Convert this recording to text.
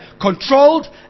Controlled